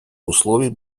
условий